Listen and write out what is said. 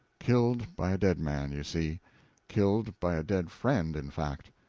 killed by a dead man, you see killed by a dead friend, in fact.